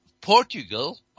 Portugal